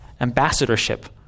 ambassadorship